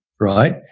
Right